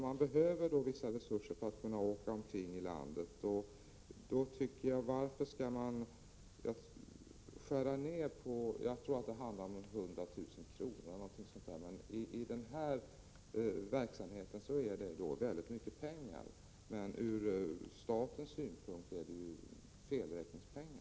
Man behöver vissa resurser för att kunna åka runt i landet — jag tror det rör sig om 100 000 kr. eller någonting sådant. Varför skulle man skära ned på detta? I denna verksamhet är det mycket pengar, men sett ur statens synvinkel är det ju närmast felräkningspengar.